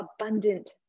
abundant